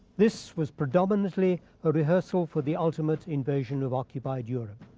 this was predominantly a rehearsal for the ultimate invasion of occupied europe.